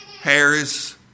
Harris